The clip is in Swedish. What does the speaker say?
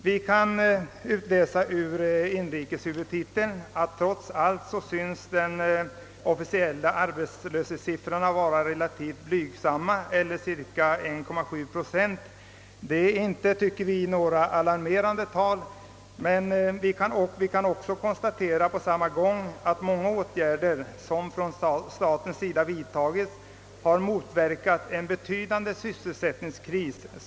Vi kan utläsa ur inrikesdepartementets huvudtitel att de officiella arbetslöshetssiffrorna trots allt är ganska blygsamma, nämligen cirka 1,7 procent. Vi kan emellertid samtidigt konstatera att många åtgärder som från statens sida har vidtagits motverkat en betydande sysselsättningskris.